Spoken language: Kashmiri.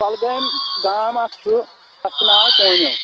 کۄلگامہِ گام اَکھ چھُ تَتھ چھُ ناو پونیو